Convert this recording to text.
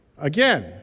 Again